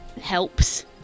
helps